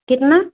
कितना